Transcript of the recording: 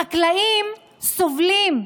חקלאים סובלים,